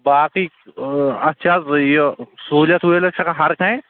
باقٕے اَتھ چھا حظ یہِ سہولیژ وہولیژ چھکھا ہر کانٛہہ